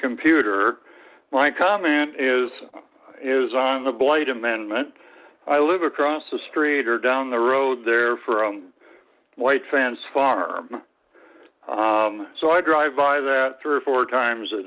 computer my comment is is on the blade amendment i live across the street or down the road there from white sands farm so i drive by that three or four times a